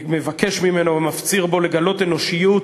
אני מבקש ממנו ומפציר בו לגלות אנושיות